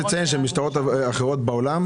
יש לציין שמשטרות אחרות בעולם,